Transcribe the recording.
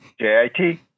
j-i-t